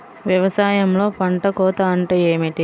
వ్యవసాయంలో పంట కోత అంటే ఏమిటి?